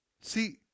See